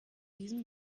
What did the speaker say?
diesem